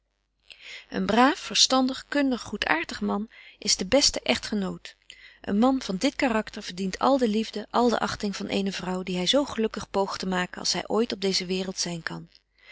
een braaf verstandig kundig goedaartig man is de beste echtgenoot een man van dit karakter verdient al de liefde al de achting van eene vrouw die hy zo gelukkig poogt te maken als zy ooit op deeze waereld zyn kan